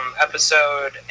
episode